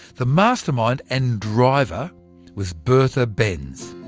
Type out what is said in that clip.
the mastermind and driver was bertha benz.